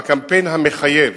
בקמפיין המחייב,